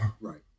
right